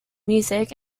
music